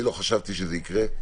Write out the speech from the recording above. אני לא חשבתי שזה יקרה,